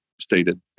stated